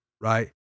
right